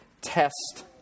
test